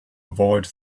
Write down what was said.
avoid